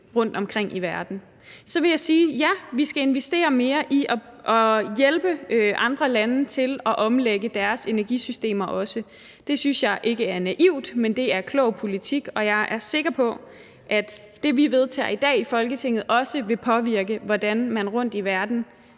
rundtomkring i verden. Så vil jeg sige: Ja, vi skal investere mere i at hjælpe andre lande til at omlægge deres energisystemer også. Det synes jeg ikke er naivt, men det er klog politik, og jeg er sikker på, at det, vi vedtager i dag i Folketinget, også vil påvirke, hvordan man rundtom i verden